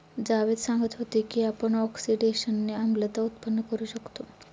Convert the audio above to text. जावेद सांगत होते की आपण ऑक्सिडेशनने आम्लता उत्पन्न करू शकतो